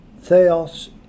theos